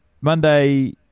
Monday